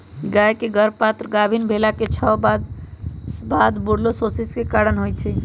गाय के गर्भपात गाभिन् भेलाके छओ मास बाद बूर्सोलोसिस के कारण होइ छइ